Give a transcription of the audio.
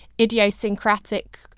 idiosyncratic